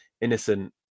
innocent